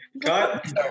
cut